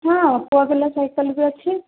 ହଁ ପୁଅ ପିଲା ସାଇକେଲ୍ ବି ଅଛି